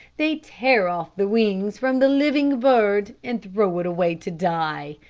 they tear off the wings from the living bird, and throw it away to die.